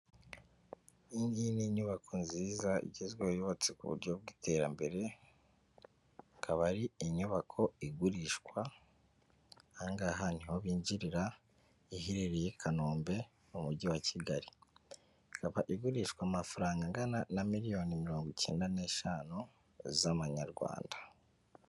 Iyi ngiyi ni inyubako nziza igezweho yubatse ku buryo bw'iterambere ikaba ari inyubako igurishwa, aha ngaha niho binjirira iherereye i kanombe mu mujyi wa Kigali. Ikaba igurishwa amafaranga angana na miliyoni mirongo icyenda n'eshanu z'amanyarwanda.